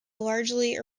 largely